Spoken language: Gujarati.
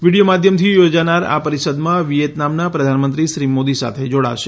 વીડિયો માધ્યમથી યોજનાર આ પરિષદમાં વિયેતનામના પ્રધાનમંત્રી શ્રી મોદી સાથે જોડાશે